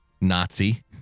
Nazi